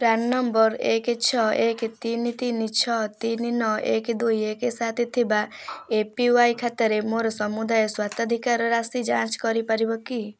PRAN number ଏକ ଛଅ ଏକ ତିନି ତିନି ଛଅ ତିନି ନଅ ଏକ ଦୁଇ ଏକ ସାତ ଥିବା ଏ ପି ୱାଇ ଖାତାରେ ମୋର ସମୁଦାୟ ସ୍ୱତ୍ୱାଧିକାର ରାଶି ଯାଞ୍ଚ କରିପାରିବ କି